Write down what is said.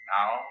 Now